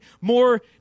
more